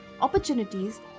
opportunities